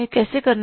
कैसे करना है